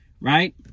right